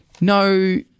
no